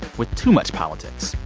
with too much politics.